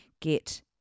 get